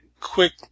quick